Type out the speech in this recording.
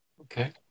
Okay